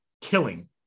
killing